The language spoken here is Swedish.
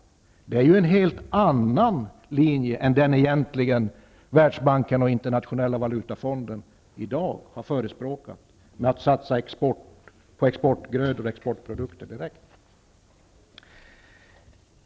Detta är ju egentligen en annan linje än den som Världsbanken och Internationella valutafonden i dag förespråkar. De menar ju att man direkt bör satsa på export av grödor och produkter.